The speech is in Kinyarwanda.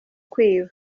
kwiba